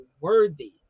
worthy